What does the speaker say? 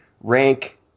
rank